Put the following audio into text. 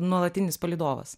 nuolatinis palydovas